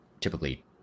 typically